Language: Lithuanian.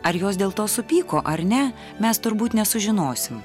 ar jos dėl to supyko ar ne mes turbūt nesužinosim